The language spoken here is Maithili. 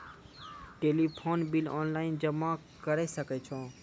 टेलीफोन बिल ऑनलाइन जमा करै सकै छौ?